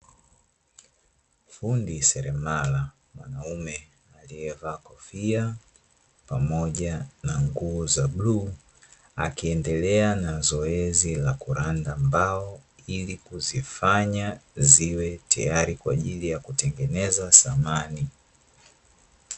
Fundi seremala wa kiume, alievaa kofia pamoja na nguo za bluu, akiendelea na zoezi la kuranda mbao, ili kuzifanya ziwe tayari kutengeneza samani.